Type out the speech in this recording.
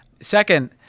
Second